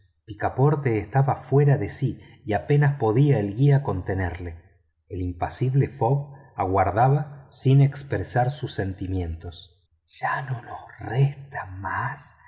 picaporte estaba fuera de sí y apenas podía el guía contenerlo el impasible fogg aguardaba sin expresar sus sentimientos ya no resta más